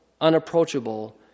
unapproachable